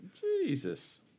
Jesus